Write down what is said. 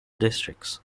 districts